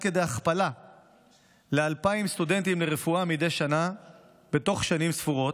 עד כדי הכפלה ל-2,000 סטודנטים לרפואה מדי שנה בתוך שנים ספורות,